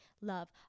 love